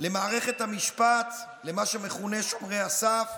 למערכת המשפט, למה שמכונה שומרי הסף.